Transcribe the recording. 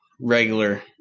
regular